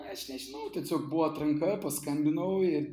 aš nežinau tiesiog buvo atranka paskambinau ir